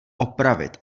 opravit